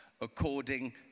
according